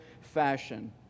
fashion